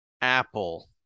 Apple